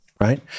right